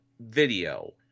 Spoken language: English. video